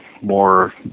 more